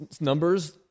numbers